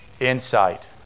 insight